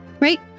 Right